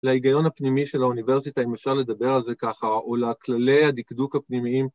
‫להיגיון הפנימי של האוניברסיטה, ‫אם אפשר לדבר על זה ככה, ‫או לכללי הדקדוק הפנימיים.